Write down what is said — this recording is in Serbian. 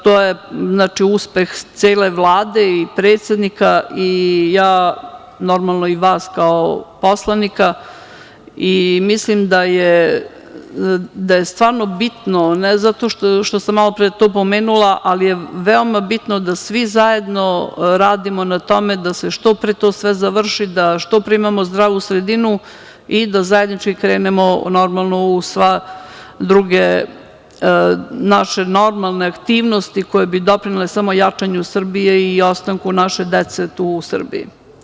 To je uspeh cele Vlade i predsednika i vas kao poslanika i mislim da je stvarno bitno, ne zato što sam malopre to pomenula, da svi zajedno radimo na tome da se što pre to sve završi, da što pre imamo zdravu sredinu i da zajednički krenemo u sve druge naše normalne aktivnosti koje bi doprinele samo jačanju Srbije i ostanku naše dece tu u Srbiji.